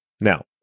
Now